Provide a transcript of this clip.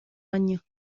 año